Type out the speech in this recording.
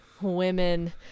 women